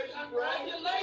Congratulations